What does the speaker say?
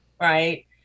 right